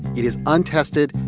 it is untested.